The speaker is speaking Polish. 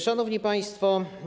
Szanowni Państwo!